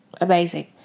amazing